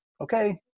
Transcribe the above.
Okay